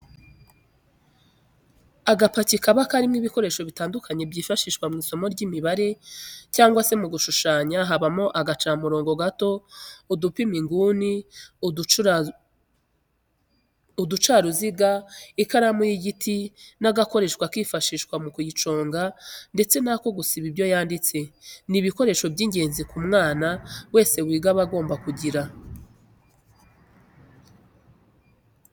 Agapaki kabamo ibikoresho bitandukanye byifashishwa mw'isomo ry'imibare cyangwa se mu gushushanya habamo agacamurongo gato, udupima inguni, uducaruziga ,ikaramu y'igiti n'agakoresho kifashishwa mu kuyiconga ndetse n'ako gusiba ibyo yanditse, ni ibikoresho by'ingenzi umwana wese wiga aba agomba kugira.